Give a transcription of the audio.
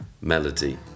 melody